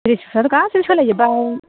रेसफ्रानो गासैबो सोलाय जोब्बाय